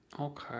okay